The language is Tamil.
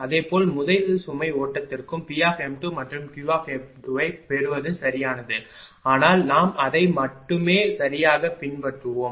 அதேபோல முதல் சுமை ஓட்டத்திற்கும் P மற்றும் Q ஐப் பெறுவது சரியானது ஆனால் நாம் அதை மட்டுமே சரியாகப் பின்பற்றுவோம்